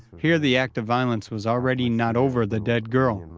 here the act of violence was already not over the dead girl, and